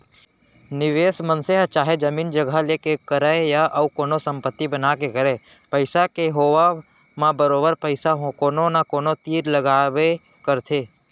निवेस मनसे ह चाहे जमीन जघा लेके करय या अउ कोनो संपत्ति बना के करय पइसा के होवब म बरोबर पइसा कोनो न कोनो तीर लगाबे करथे